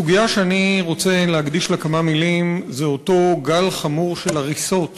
הסוגיה שאני רוצה להקדיש לה כמה מילים היא אותו גל חמור של הריסות